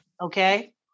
Okay